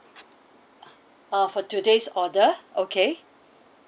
ah ah for today's order okay